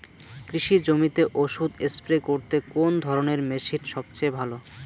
কৃষি জমিতে ওষুধ স্প্রে করতে কোন ধরণের মেশিন সবচেয়ে ভালো?